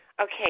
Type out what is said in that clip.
Okay